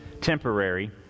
temporary